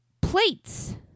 plates